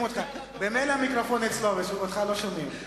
ממילא המיקרופון נמצא אצלו, ואותך לא שומעים.